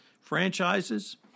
franchises